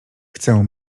chcę